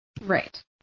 Right